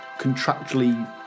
contractually